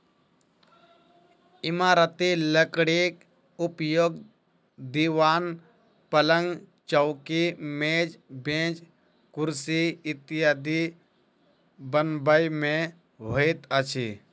इमारती लकड़ीक उपयोग दिवान, पलंग, चौकी, मेज, बेंच, कुर्सी इत्यादि बनबय मे होइत अछि